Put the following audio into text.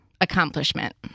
accomplishment